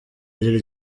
rye